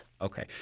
Okay